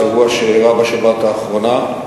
אירוע שאירע בשבת האחרונה: